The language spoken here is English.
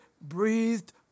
breathed